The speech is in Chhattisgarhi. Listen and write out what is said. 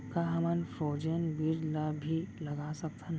का हमन फ्रोजेन बीज ला भी लगा सकथन?